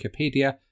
Wikipedia